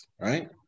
Right